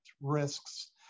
risks